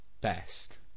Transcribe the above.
best